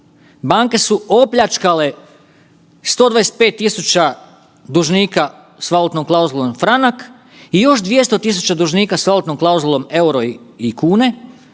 Banke su opljačkale 125.000 dužnika s valutnom klauzulom franak i još 200.000 dužnika s valutnom klauzulom euro i kune,